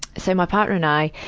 so my partner and i,